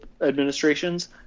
administrations